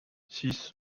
six